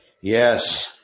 Yes